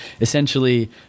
essentially